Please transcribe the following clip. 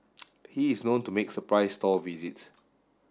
he is known to make surprise store visits